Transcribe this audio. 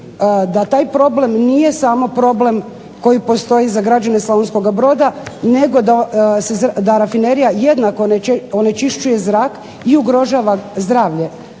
da taj problem nije samo problem koji postoji za građane Slavonskoga Broda, nego da rafinerija jednako onečišćuje zrak i ugrožava zdravlje